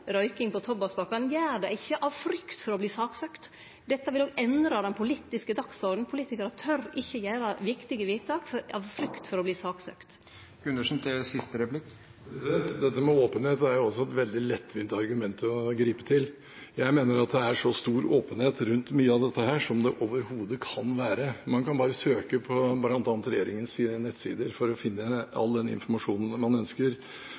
røyking på tobakkspakkar, men gjer det ikkje av frykt for å verte saksøkt. Dette vil òg endre den politiske dagsordenen. Politikarar tør ikkje fatte viktige vedtak i frykt for å verte saksøkte. Dette med åpenhet er også et veldig lettvint argument å gripe til. Jeg mener at det er så stor åpenhet rundt mye av dette som det overhodet kan være. Man kan bare søke på bl.a. regjeringens nettsider for å finne all den informasjonen man ønsker.